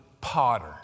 potter